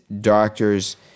doctors